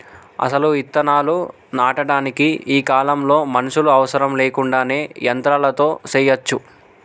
అసలు ఇత్తనాలు నాటటానికి ఈ కాలంలో మనుషులు అవసరం లేకుండానే యంత్రాలతో సెయ్యచ్చు